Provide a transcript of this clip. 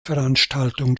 veranstaltungen